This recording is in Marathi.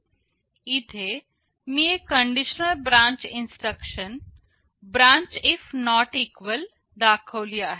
इथे मी एक conditional branch instruction Branch if Not Equal दाखवली आहे